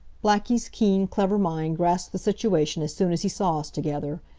blackie's keen, clever mind grasped the situation as soon as he saw us together.